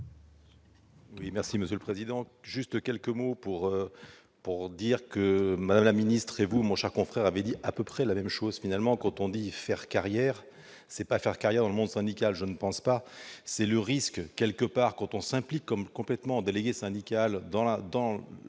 merci Monsieur le Président, juste quelques mots pour pour dire que Madame la ministre et vous, mon cher confrère, avait dit à peu près la même chose finalement, quand on dit faire carrière c'est pas faire carrière dans le monde syndical, je ne pense pas, c'est le risque quelque part quand on s'implique comme complètement délégué syndical dans la,